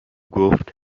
گفت